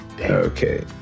Okay